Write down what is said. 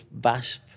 VASP